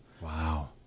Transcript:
Wow